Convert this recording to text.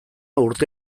urte